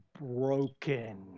broken